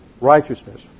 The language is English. righteousness